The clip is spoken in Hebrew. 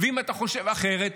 אם אתה חושב אחרת,